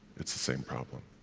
it's the same problem.